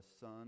son